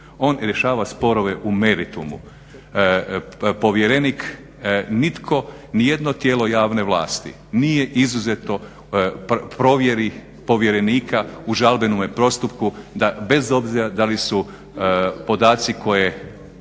on rješava sporove u meritumu. Povjerenik nitko ni jedno tijelo javne vlasti nije izuzetno u provjeri povjerenika u žalbenome postupku da bez obzira da li su podaci koje